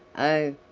oh!